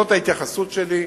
זאת ההתייחסות שלי.